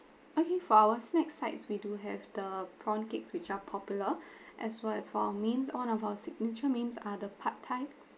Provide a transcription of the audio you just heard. okay for our snacks sides we do have the prawn cakes which are popular as well as for our mains one of our signature mains are the pad thai